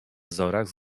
wzorach